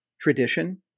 tradition